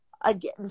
again